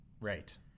Right